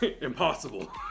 Impossible